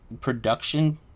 production